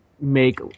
make